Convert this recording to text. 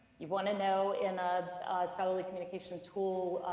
you want to know in a scholarly communication tool,